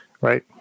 Right